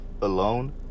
alone